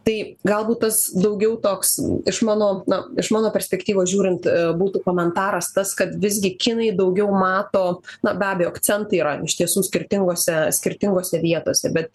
tai galbūt tas daugiau toks iš mano na iš mano perspektyvos žiūrint būtų komentaras tas kad visgi kinai daugiau mato na be abejo akcentai yra iš tiesų skirtingose skirtingose vietose bet